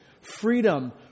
freedom